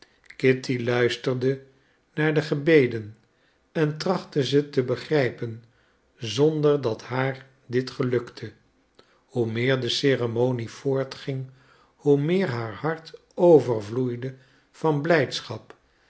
kitty luisterde naar de gebeden en trachtte ze te begrijpen zonder dat haar dit gelukte hoe meer de ceremonie voortging hoe meer haar hart overvloeide van blijdschap